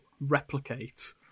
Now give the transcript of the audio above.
replicate